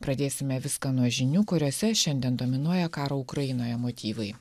pradėsime viską nuo žinių kuriose šiandien dominuoja karo ukrainoje motyvai